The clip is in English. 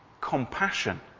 compassion